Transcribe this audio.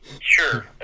Sure